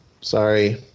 Sorry